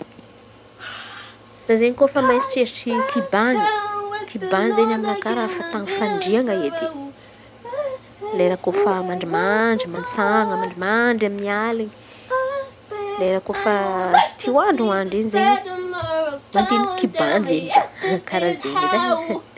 Za izen̈y koa efa mieritreritry kibany, kibany izen̈y aminakà raha fa tan̈y fandrian̈a edy e. Lera koa fa mandry mandry matsan̈a mandry mandry amin'ny alina, lera kôfa izen̈y te andriandry in̈y izen̈y za mandiny kibana izen̈y za karà zey edy e.